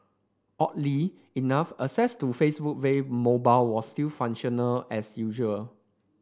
oddly enough access to Facebook via mobile was still functional as usual